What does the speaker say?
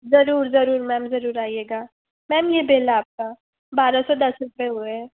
ज़रूर ज़रूर मेम ज़रूर आइयेगा मेम ये बिल आपका बारह सौ दस रुपए हुए